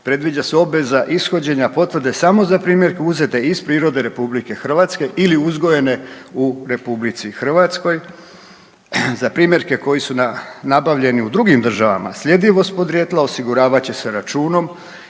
Predviđa se obveza ishođenja potvrde samo za primjerke uzete iz prirode RH ili uzgojene u RH, za primjerke koji su nabavljeni u drugim država. Sljedivost podrijetla osiguravat će se računom